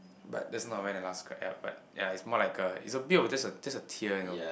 but that's not when I last cried ya but ya is more like a is a bit of just a just a tear you know